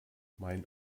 mein